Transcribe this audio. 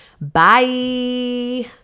Bye